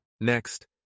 Next